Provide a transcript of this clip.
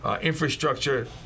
infrastructure